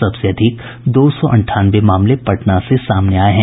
सबसे अधिक दो सौ अंठानवे मामले पटना से सामने आये हैं